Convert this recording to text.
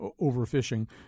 overfishing